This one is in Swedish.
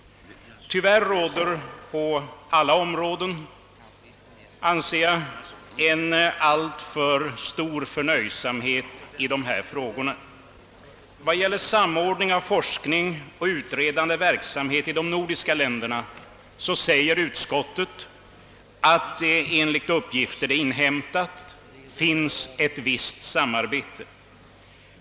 Enligt min mening råder det på alla områden en alltför stor förnöjsamhet då det gäller dessa frågor. Beträffande samordning av forskning och utredande verksamhet i de nordiska länderna framhåller utskottet, att det enligt inhämtade uppgifter förekommer ett visst samarbete.